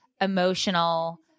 emotional